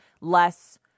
less